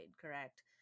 correct